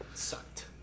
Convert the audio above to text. Sucked